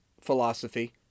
philosophy